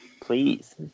Please